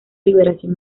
liberación